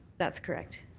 that's correct.